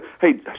Hey